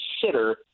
consider